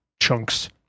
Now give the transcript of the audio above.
chunks